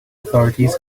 authorities